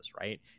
right